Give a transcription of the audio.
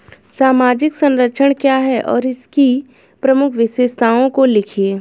सामाजिक संरक्षण क्या है और इसकी प्रमुख विशेषताओं को लिखिए?